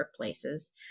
workplaces